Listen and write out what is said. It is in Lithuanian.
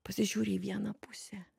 pasižiūri į vieną pusę